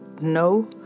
No